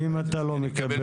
ואם אתה לא מקבל